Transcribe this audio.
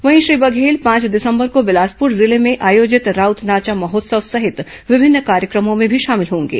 वहीं श्री बघेल पांच दिंसबर को बिलासपुर जिले में आयोजित राउत नाचा महोत्सव सहित विभिन्न कार्यक्रमों में भी शामिल होंगे